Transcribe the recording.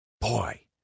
boy